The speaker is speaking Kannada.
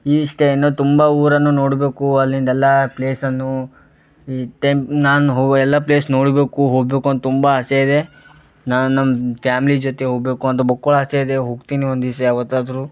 ಇಷ್ಟೇ ಇನ್ನೂ ತುಂಬ ಊರನ್ನು ನೋಡಬೇಕು ಅಲ್ಲಿಂದೆಲ್ಲ ಪ್ಲೇಸನ್ನೂ ಈ ಟೈಮ್ ನಾನು ಹೋಗೋ ಎಲ್ಲ ಪ್ಲೇಸ್ ನೋಡಬೇಕು ಹೋಗ್ಬೇಕು ಅಂತ ತುಂಬ ಆಸೆ ಇದೆ ನಾನು ನಮ್ಮ ಫ್ಯಾಮ್ಲಿ ಜೊತೆ ಹೋಗ್ಬೇಕು ಅಂತ ಬಕ್ಕುಳ್ ಆಸೆ ಇದೆ ಹೋಗ್ತೀನಿ ಒಂದು ದಿವ್ಸ ಯಾವತ್ತಾದ್ರೂ